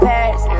Paris